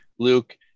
Luke